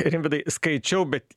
rimvydai skaičiau bet